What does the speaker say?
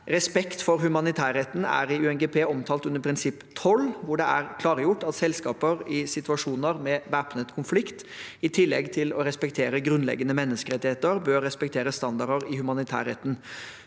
Respekt for humanitærretten er i UNGP omtalt under prinsipp 12, hvor det er klargjort at selskaper i situasjoner med væpnet konflikt i tillegg til å respektere grunnleggende menneskerettigheter bør respektere standarder i humanitærretten.